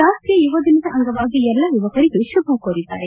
ರಾಷ್ಷೀಯ ಯುವ ದಿನದ ಅಂಗವಾಗಿ ಎಲ್ಲಾ ಯುವಕರಿಗೆ ಶುಭ ಕೋರಿದ್ದಾರೆ